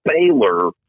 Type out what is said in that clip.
Baylor